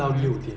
mmhmm